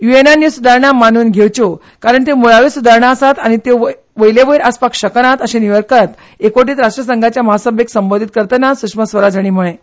युएनांत ह्यो सुदारणा मानून घेवच्यो कारण त्यो मुळाव्यो सुदारणा आसात आनी त्यो वयले वयर आसपाक शकनात अशें न्युयॉर्कांत एकवटीत राष्ट्रसंघाच्या महासभेक संबंदीत करतना सुषमा स्वराज हांणी म्हळें